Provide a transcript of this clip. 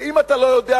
ואם אתה לא יודע,